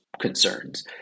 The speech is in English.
concerns